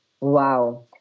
Wow